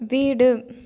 வீடு